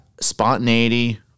spontaneity